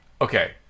okay